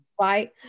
Right